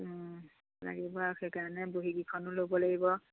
লাগিব আৰু সেইকাৰণে বহীকেইখনো ল'ব লাগিব